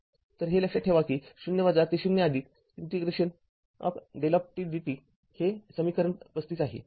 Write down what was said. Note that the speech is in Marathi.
तर हे लक्षात ठेवावे लागेल की ० ते ० इंटिग्रेशन ऑफ δdt१ हे समीकरण ३५ आहे